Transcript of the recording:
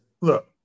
look